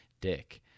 Dick